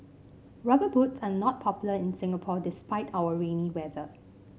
rubber boots are not popular in Singapore despite our rainy weather